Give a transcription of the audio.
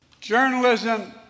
Journalism